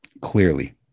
clearly